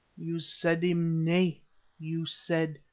you said him nay you said,